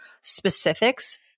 specifics